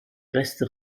reste